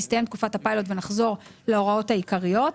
תסתיים תקופת הפיילוט ונחזור להוראות העיקריות.